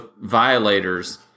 violators